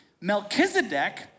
Melchizedek